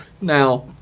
Now